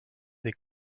des